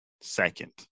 second